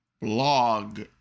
blog